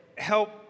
Help